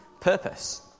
purpose